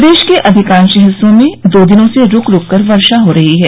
प्रदेश के अधिकांश हिस्सों में दो दिनों से रूक रूक कर वर्षा हो रही है